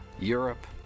Europe